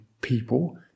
people